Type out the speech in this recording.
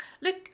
Look